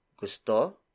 gusto